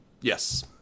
Yes